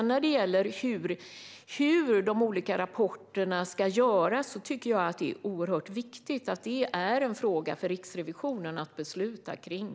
När det gäller hur de olika rapporterna ska göras tycker jag att det är oerhört viktigt att det är en fråga för Riksrevisionen att besluta kring.